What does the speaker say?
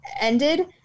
ended